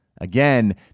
Again